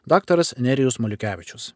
daktaras nerijus maliukevičius